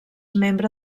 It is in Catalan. membre